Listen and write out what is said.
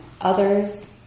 others